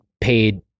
paid